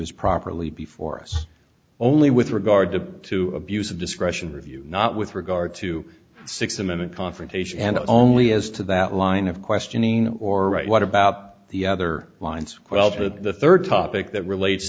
was properly before us only with regard to two abuse of discretion review not with regard to six a minute confrontation and only as to that line of questioning or right what about the other line sweltered the third topic that relates